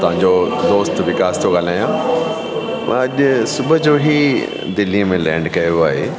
मां तव्हांजो दोस्त विकास थो ॻाल्हायां मां अॼु सुबुह जो ई दिल्लीअ में लैंड कयो आहे